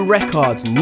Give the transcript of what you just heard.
Records